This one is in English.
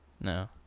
no